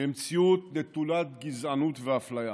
למציאות נטולת גזענות ואפליה.